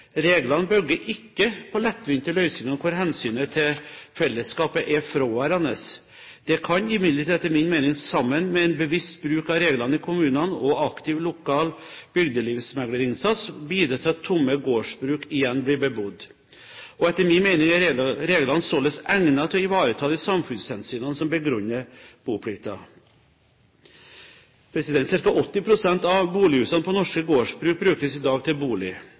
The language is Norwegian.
Reglene bygger ikke på lettvinte løsninger hvor hensynet til fellesskapet er fraværende. De kan imidlertid etter min mening, sammen med en bevisst bruk av reglene i kommunene og aktiv lokal bygdelivsmeglerinnsats, bidra til at tomme gårdsbruk igjen blir bebodd. Etter min mening er reglene således egnet til å ivareta de samfunnshensynene som begrunner boplikten. Cirka 80 pst. av bolighusene på norske gårdsbruk brukes i dag til bolig.